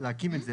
להקים את זה.